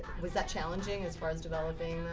was that challenging, as far as developing